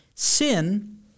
Sin